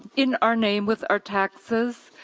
in our name with our taxes,